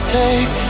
take